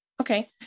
Okay